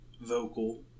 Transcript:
vocal